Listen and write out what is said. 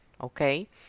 Okay